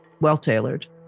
well-tailored